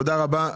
תודה רבה.